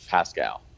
Pascal